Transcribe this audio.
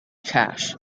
cash